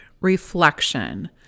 reflection